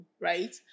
right